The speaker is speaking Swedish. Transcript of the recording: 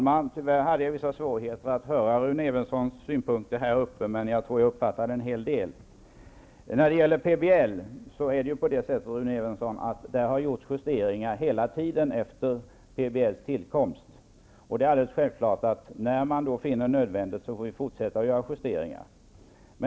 Fru talman! Jag hade tyvärr vissa svårigheter att från min bänk höra Rune Evenssons synpunkter, men jag tror att jag uppfattade en hel del av dem. När det gäller PBL är det så, Rune Evensson, att det har gjorts justeringar hela tiden efter dess tillkomst. Det är självklart att man när man finner det nödvändigt får fortsätta att göra justeringar.